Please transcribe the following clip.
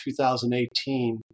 2018